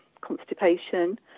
constipation